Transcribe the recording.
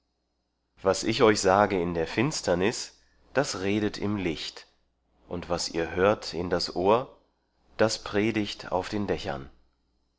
was ich euch sage in der finsternis das redet im licht und was euch gesagt wird in das ohr das predigt auf den dächern